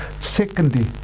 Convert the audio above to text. Secondly